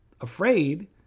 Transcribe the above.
afraid